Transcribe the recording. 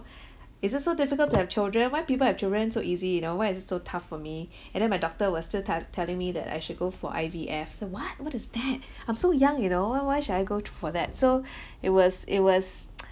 is it so difficult to have children why people have children so easy you know why is it so tough for me and then my doctor was still tel~ telling me that I should go for I_V_F say what what is that I'm so young you know why why should I go to for that so it was it was